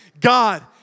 God